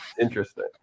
interesting